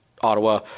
Ottawa